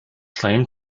claim